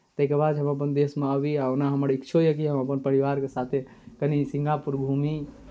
ताहिके बाद हम अपन देशमे आबी आ ओना हमर इच्छो यए कि हम अपन परिवारके साथे कनि सिंगापुर घूमी